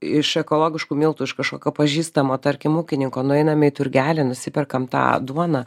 iš ekologiškų miltų iš kažkokio pažįstamo tarkim ūkininko nueiname į turgelį nusiperkam tą duoną